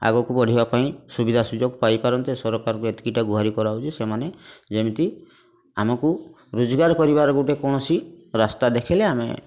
ଆଗକୁ ବଢ଼ିବା ପାଇଁ ସୁବିଧା ସୁଯୋଗ ପାଇପାରନ୍ତେ ସରକାରକୁ ଏତିକିଟା ଗୁହାରି କରାହେଉଛି ସେମାନେ ଯେମିତି ଆମକୁ ରୋଜଗାର କରିବାର ଗୋଟେ କୌଣସି ରାସ୍ତା ଦେଖେଇଲେ ଆମେ